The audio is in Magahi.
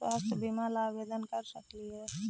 स्वास्थ्य बीमा ला आवेदन कर सकली हे?